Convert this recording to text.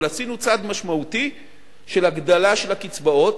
אבל עשינו צעד משמעותי של הגדלת הקצבאות